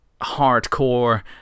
hardcore